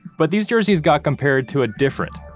but these jerseys got compared to a different,